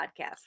podcast